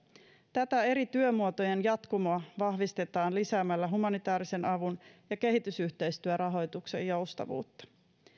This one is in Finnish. tätä eri työmuotojen jatkumoa vahvistetaan lisäämällä humanitäärisen avun ja kehitysyhteistyörahoituksen joustavuutta